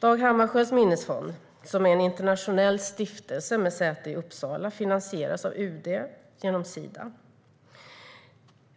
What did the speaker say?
Dag Hammarskjölds Minnesfond, som är en internationell stiftelse med säte i Uppsala, finansieras av UD, genom Sida.